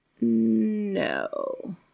No